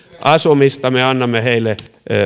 asumista me annamme heille